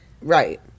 Right